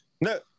No